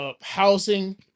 housing